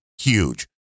huge